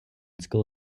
school